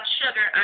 sugar